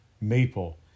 maple